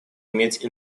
иметь